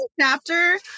chapter